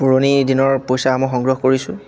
পুৰণি দিনৰ পইচাসমূহ সংগ্ৰহ কৰিছোঁ